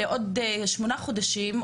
בעוד שמונה חודשים,